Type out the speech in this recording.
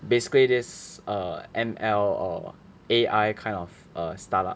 basically this err M_L or A_I kind of err startup